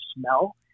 smell